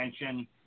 attention